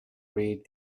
read